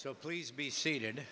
so please be seated